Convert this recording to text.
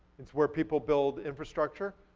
it's where people build infrastructure,